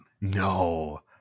No